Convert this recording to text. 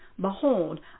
behold